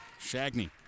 Shagney